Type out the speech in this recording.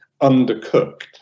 undercooked